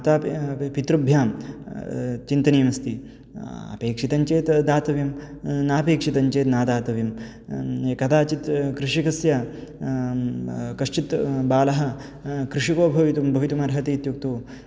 मातापि पितृभ्यां चिन्तनीयमस्ति अपेक्षितं चेत् दातव्यं नापेक्षितं चेत् न दातव्यं कदाचित् कृषिकस्य कश्चित् बालः कृषिको भवितुं भवितुम् अर्हति इत्युक्तौ